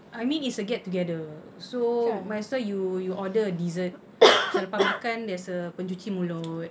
I mean it's a get together so might as well you you order a dessert selepas makan there's a pencuci mulut